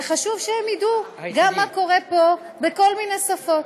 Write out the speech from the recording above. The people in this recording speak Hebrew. וחשוב שגם הם ידעו מה קורה פה, בכל מיני שפות.